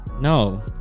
no